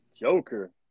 Joker